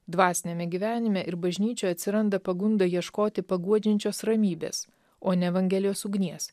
dvasiniame gyvenime ir bažnyčioje atsiranda pagundų ieškoti paguodžiančios ramybės o ne evangelijos ugnies